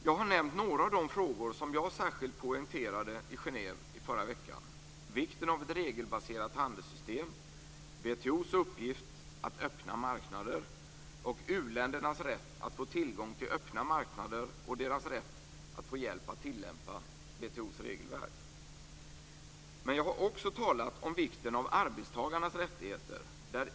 Jag har nämnt några av de frågor som jag särskilt poängterade i Genève i förra veckan, nämligen vikten av ett regelbaserat handelssystem, WTO:s uppgift att öppna marknader och u-ländernas rätt att få tillgång till öppna marknader samt deras rätt att få hjälp att tillämpa WTO:s regelverk. Men jag har också talat om vikten av arbetstagarnas rättigheter.